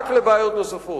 רק לבעיות נוספות.